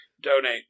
donate